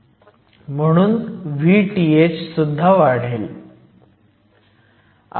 म्हणून Vth वाढेल